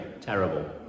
Terrible